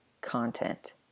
content